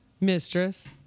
Mistress